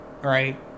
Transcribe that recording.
Right